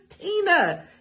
Tina